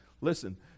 Listen